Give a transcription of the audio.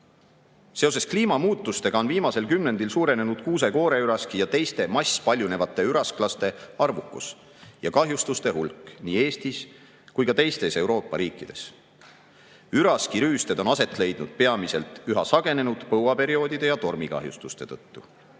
Seoses kliimamuutustega on viimasel kümnendil suurenenud kuuse-kooreüraski ja teiste masspaljunevate ürasklaste arvukus ja kahjustuste hulk nii Eestis kui ka teistes Euroopa riikides. Üraskirüüsted on aset leidnud peamiselt üha sagenenud põuaperioodide ja tormikahjustuste tõttu.